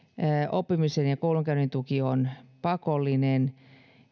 oppimisen ja koulunkäynnin tuki on pakollinen